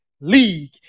league